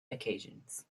occasions